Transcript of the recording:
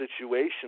situation